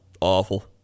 awful